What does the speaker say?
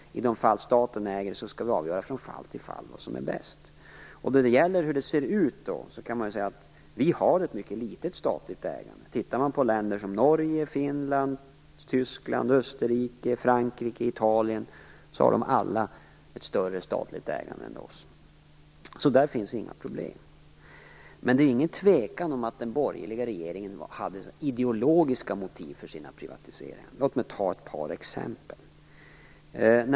I de fall staten äger företag skall vi avgöra från fall till fall vad som är bäst. Vi har ett mycket litet statligt ägande. Länder som Italien har alla ett större statligt ägande än Sverige, så där finns inga problem. Men det är ingen tvekan om att den borgerliga regeringen hade ideologiska motiv för sina privatiseringar. Låt mig ta ett par exempel.